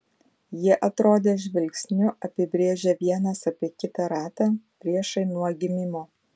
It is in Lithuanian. jie atrodė žvilgsniu apibrėžią vienas apie kitą ratą priešai nuo gimimo